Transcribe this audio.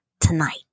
tonight